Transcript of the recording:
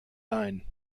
ein